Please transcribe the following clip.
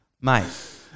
Mate